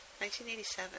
1987